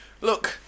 Look